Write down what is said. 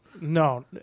No